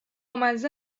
مزه